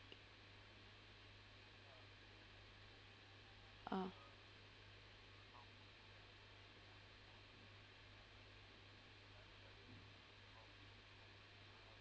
ah